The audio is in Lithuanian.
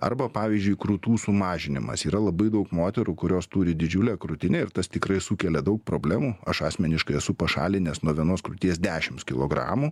arba pavyzdžiui krūtų sumažinimas yra labai daug moterų kurios turi didžiulę krūtinę ir tas tikrai sukelia daug problemų aš asmeniškai esu pašalinęs nuo vienos krūties dešims kilogramų